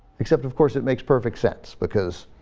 except of course it makes perfect sense because